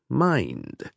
mind 。